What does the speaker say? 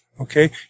okay